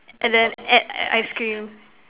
and then add ice cream